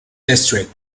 district